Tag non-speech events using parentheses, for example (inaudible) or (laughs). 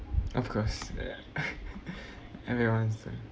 of course ya (laughs) everyone's